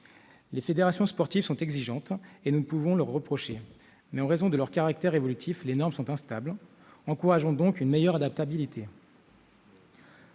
Les fédérations sportives sont exigeantes ; nous ne pouvons le leur reprocher. Mais, en raison de leur caractère évolutif, les normes sont instables. Encourageons donc une meilleure adaptabilité.